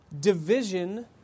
Division